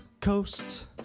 coast